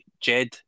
Jed